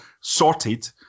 sorted